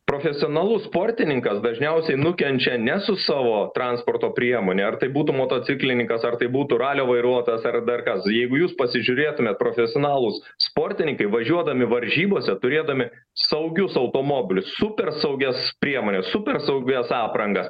profesionalus sportininkas dažniausiai nukenčia ne su savo transporto priemone ar tai būtų motociklininkas ar tai būtų ralio vairuotojas ar dar kas jeigu jūs pasižiūrėtumėt profesionalūs sportininkai važiuodami varžybose turėdami saugius automobilius super saugias priemones super saugias aprangas